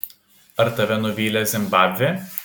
ar tave nuvylė zimbabvė